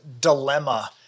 dilemma